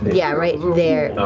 yeah, right there.